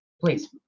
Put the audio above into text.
Please